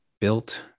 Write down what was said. built